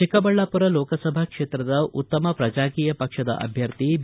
ಚಿಕ್ಕಬಳ್ಳಾಮರ ಲೋಕಸಭಾ ಕ್ಷೇತ್ರದ ಉತ್ತಮ ಪ್ರಜಾಕೀಯ ಪಕ್ಷದ ಅಭ್ಯರ್ಥಿ ಬಿ